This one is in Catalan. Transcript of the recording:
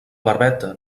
barbeta